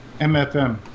MFM